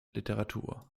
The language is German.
literatur